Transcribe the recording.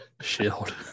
Shield